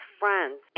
friends